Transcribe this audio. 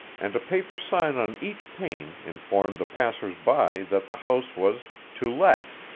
and a paper sign on each pane informed the passers-by that the house was to let.